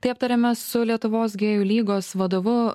tai aptariame su lietuvos gėjų lygos vadovu